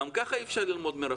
גם כך אי פשר ללמוד מרחוק,